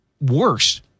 Worse